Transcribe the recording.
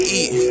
eat